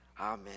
amen